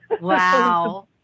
Wow